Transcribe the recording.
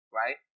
right